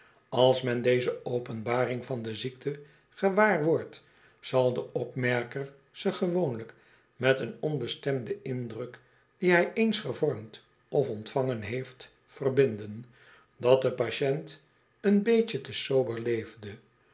als men clezo openbaring van de ziekte gewaar wordt zal de opmerker ze gewoonlijk met een onbestemden indruk dien hij eens gevormd of ontvangen heeft verbinden dat de patiënt een beetje te sober leefde